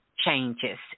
Changes